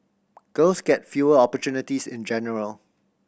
girls get fewer opportunities in general